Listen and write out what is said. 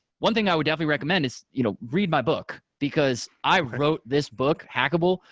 one thing i would definitely recommend is you know read my book, because i wrote this book, hackable,